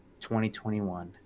2021